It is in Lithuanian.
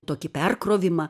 tokį perkrovimą